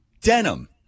denim